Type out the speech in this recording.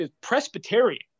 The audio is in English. Presbyterian